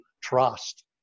trust